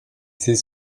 c’est